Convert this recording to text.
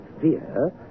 fear